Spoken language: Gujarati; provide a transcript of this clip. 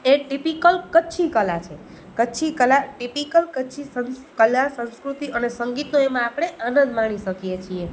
એ ટીપીકલ કચ્છી કળા છે કચ્છી કળા ટીપીકલ કચ્છી કળા સંસ્કૃતિ અને સંગીતો એમાં આપણે આનંદ માણી શકીએ છીએ